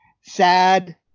sad